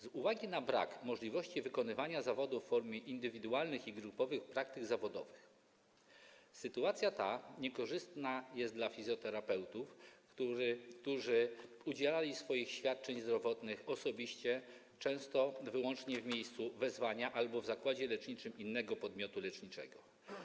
Z uwagi na brak możliwości wykonywania zawodu w formie indywidualnych i grupowych praktyk zawodowych sytuacja ta jest niekorzystna dla fizjoterapeutów, którzy udzielali świadczeń zdrowotnych osobiście, często wyłącznie w miejscu wezwania albo w zakładzie leczniczym innego podmiotu leczniczego.